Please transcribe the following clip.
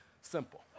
Simple